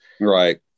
Right